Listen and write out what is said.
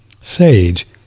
sage